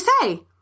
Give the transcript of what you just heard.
say